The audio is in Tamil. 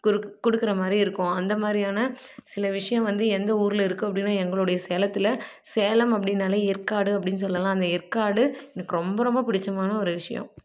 குருக் கொடுக்குற மாதிரி இருக்கும் அந்த மாதிரியான சில விஷயம் வந்து எந்த ஊரில் இருக்கும் அப்படின்னா எங்களுடைய சேலத்தில் சேலம் அப்படின்னாலே ஏற்காடு அப்படின் சொல்லலாம் அந்த ஏற்காடு எனக்கு ரொம்ப ரொம்ப பிடிச்சமான ஒரு விஷயம்